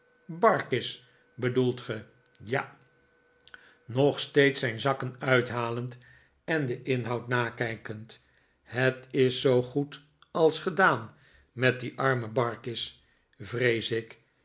barkis bedoelt ge ja nog steeds zijn zakken uithalend en den inhoud nakijkend het is zoo goed als gedaan met dien armen barkis vrees ik